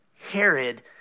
Herod